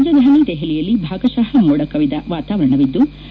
ರಾಜಧಾನಿ ದೆಹಲಿಯಲ್ಲಿ ಭಾಗಶ ಮೋಡ ಕವಿದ ವಾತಾವರಣವಿದ್ಲು